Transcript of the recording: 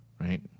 right